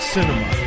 Cinema